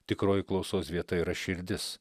tikroji klausos vieta yra širdis